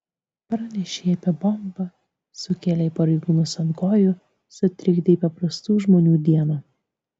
pranešei apie bombą sukėlei pareigūnus ant kojų sutrikdei paprastų žmonių dieną